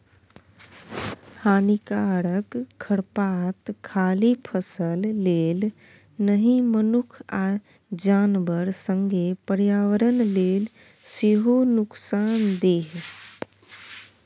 हानिकारक खरपात खाली फसल लेल नहि मनुख आ जानबर संगे पर्यावरण लेल सेहो नुकसानदेह